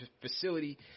facility